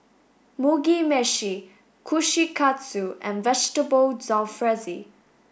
Mugi Meshi Kushikatsu and Vegetable Jalfrezi